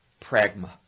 pragma